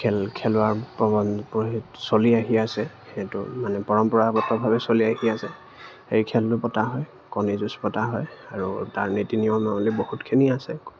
খেল খেলোৱা প্ৰৱন্ধ চলি আহি আছে সেইটো মানে পৰম্পৰাগতভাৱে চলি আহি আছে সেই খেলটো পতা হয় কণী যুঁজ পতা হয় আৰু তাৰ নীতি নিয়মাৱলী বহুতখিনি আছে